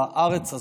בארץ הזאת,